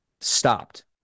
stopped